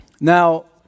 Now